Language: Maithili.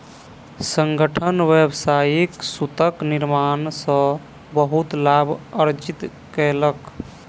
संगठन व्यावसायिक सूतक निर्माण सॅ बहुत लाभ अर्जित केलक